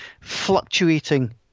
fluctuating